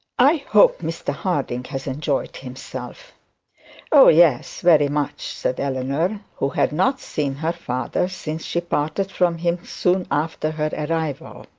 i hope mr harding has enjoyed himself oh, yes, very much said eleanor, who had not seen her father since she parted from him soon after her arrival.